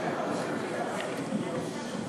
ואני שואל, חבר הכנסת פרי, אני